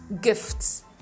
gifts